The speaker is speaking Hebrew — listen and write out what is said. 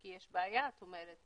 כי יש בעיה את אומרת,